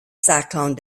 cyclone